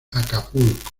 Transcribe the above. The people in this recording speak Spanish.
acapulco